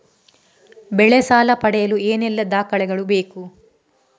ಬೆಳೆ ಸಾಲ ಪಡೆಯಲು ಏನೆಲ್ಲಾ ದಾಖಲೆಗಳು ಬೇಕು?